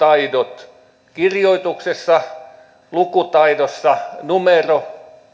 taidot kirjoituksessa lukutaidossa